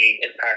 impact